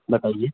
बताइए